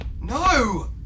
No